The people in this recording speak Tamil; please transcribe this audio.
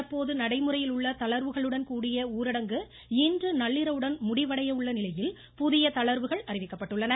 தற்போது நடைமுறையில் உள்ள தளர்வுகளுடன்கூடிய ஊரடங்கு இன்று நள்ளிரவுடன் முடிவடையவுள்ளநிலையில் புதிய தளர்வுகள் அறிவிக்கப்பட்டுள்ளன